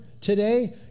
today